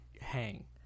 hang